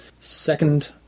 Second